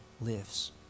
lives